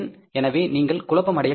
எனவே நீங்கள் குழப்பமடையக்கூடாது